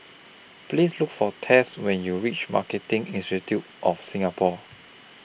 Please Look For Tess when YOU REACH Marketing Institute of Singapore